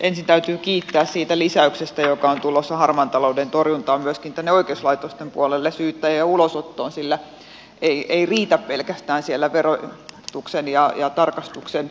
ensin täytyy kiittää siitä lisäyksestä joka on tulossa harmaan talouden torjuntaan myöskin tänne oikeuslaitosten puolelle syyttäjille ja ulosottoon sillä ei riitä että lisätään pelkästään siellä verotuksen ja tarkastuksen osalla